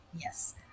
Yes